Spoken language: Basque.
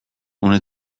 une